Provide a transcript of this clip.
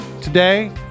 Today